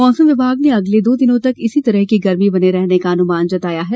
मौसम विभाग ने अगले दो दिनों तक इसी तरह की गर्मी बने रहने का अनुमान जताया है